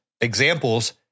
examples